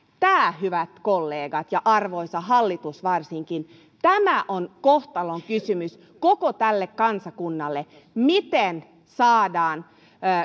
tämä hyvät kollegat ja arvoisa hallitus varsinkin on kohtalonkysymys koko tälle kansakunnalle miten saadaan